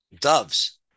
doves